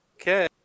Okay